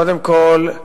קודם כול,